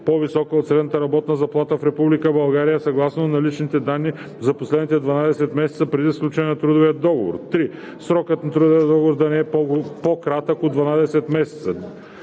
по-висока от средната работна заплата в Република България съгласно наличните данни за последните 12 месеца преди сключването на трудовия договор; 3. срокът на трудовия договор да е не по-кратък от 12 месеца.“